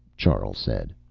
charl said.